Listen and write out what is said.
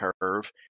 curve